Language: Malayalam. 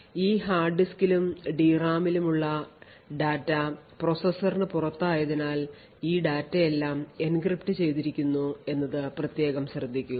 ഈ ഹാർഡ് ഡിസ്കിലും DRAM ലും ഉള്ള ഡാറ്റ പ്രോസസറിന് പുറത്ത് ആയതിനാൽ ഈ ഡാറ്റയെല്ലാം എൻക്രിപ്റ്റ് ചെയ്തിരിക്കുന്നു എന്നത് പ്രത്യേകം ശ്രദ്ധിക്കുക